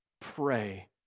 Pray